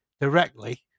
directly